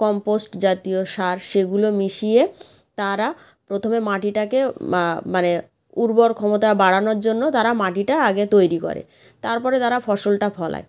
compost জাতীয় সার সেগুলো মিশিয়ে তারা প্রথমে মাটিটাকে মানে উর্বর ক্ষমতা বাড়ানোর জন্য তারা মাটিটা আগে তৈরি করে তার পরে তারা ফসলটা ফলায়